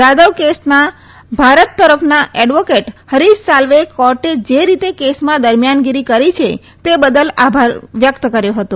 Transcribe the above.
જાધવ કેસના ભારત તરફના એડવોકેટ હરીશ સાલ્વેએ કોર્ટે જે રીતે કેસમાં દરમિયાનગિરી કરી છે તે બદલ આભાર વ્યક્ત કર્યો છે